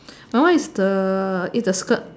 my one is the is the skirt